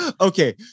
Okay